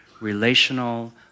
relational